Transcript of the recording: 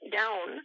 down